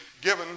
given